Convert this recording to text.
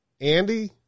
Andy